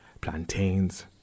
Plantains